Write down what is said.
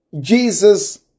Jesus